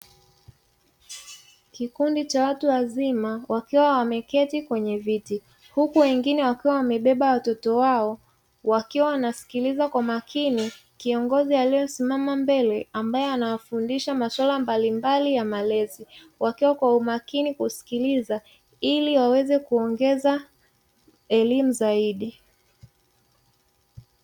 Kikundi cha watu wazima wakiwa wameketi kwenye viti, huku wengine wakiwa wamebeba watoto wao, wakiwa wanasikiliza kwa makini kiongozi aliyesimama mbele, ambaye anawafundisha masuala mbalimbali ya malezi. Wakiwa kwa umakini kusikiliza ili waweze kuongeza elimu zaidi.